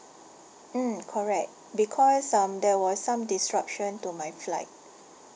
mm correct because um there was some disruption to my flight